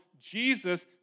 Jesus